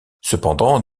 cependant